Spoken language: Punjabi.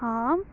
ਹਾਂ